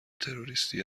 تروریستی